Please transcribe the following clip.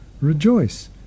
Rejoice